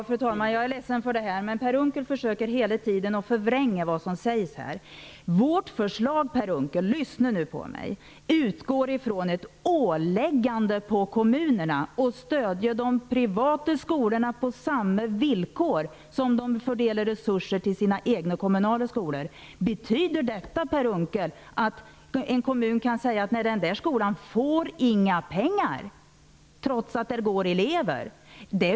Fru talman! Per Unckel försöker hela tiden förvränga vad som sägs här. Lyssna nu på mig, Per Unckel! Vårt förslag utgår ifrån ett åläggande för kommunerna att stödja de privata skolorna på samma villkor som de fördelar resurser till sina egna kommunala skolor. Betyder det, Per Unckel, att en kommun kan säga att en viss skola inte skall få några pengar trots att det går elever i den?